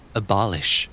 abolish